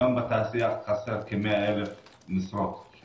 היום בתעשייה חסרות כ-100,000 משרות.